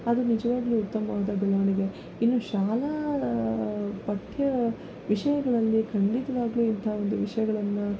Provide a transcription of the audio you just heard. ಅದು ನಿಜವಾಗಲೂ ಉತ್ತಮವಾದ ಬೆಳವಣಿಗೆ ಇನ್ನು ಶಾಲಾ ಪಠ್ಯವಿಷಯಗಳಲ್ಲಿ ಖಂಡಿತವಾಗಲೂ ಇಂಥ ಒಂದು ವಿಷಯಗಳನ್ನ